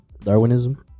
Darwinism